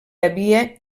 havia